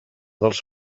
dels